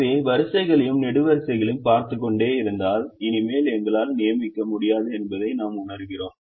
எனவே வரிசைகளையும் நெடுவரிசைகளையும் பார்த்துக்கொண்டே இருந்தால் இனிமேல் எங்களால் நியமிக்க முடியாது என்பதை நாம் உணர்கிறோம்